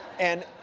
and,